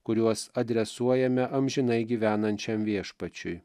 kuriuos adresuojame amžinai gyvenančiam viešpačiui